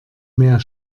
mehr